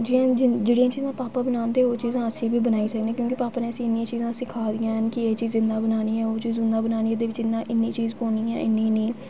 ज ज जेह्ड़ियां चीजां भापा बनादें ओह् चीजां अस बी बनाई सकने क्योंकि भापा ने असें ई इन्नियां चीजां सिखाई दियां न कि एह् चीज इ'यां बनानी ऐ ओह् चीज उ'आं बनानी एह्दे बिच इन्ना इन्नी चीज पौनी ऐ